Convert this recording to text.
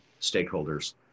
stakeholders